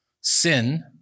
sin